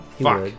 Fuck